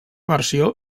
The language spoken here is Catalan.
versió